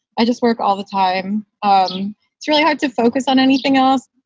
i just work all the time. um it's really hard to focus on anything else.